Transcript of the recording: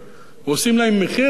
ועושים להם מחיר, גברתי,